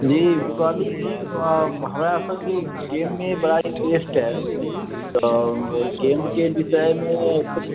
जी कहली की हमरासबके गेम मे बड़ा इंट्रेस्ट हय तऽ गेम के विषयमे